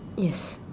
yes